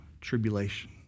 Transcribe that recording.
tribulation